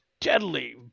deadly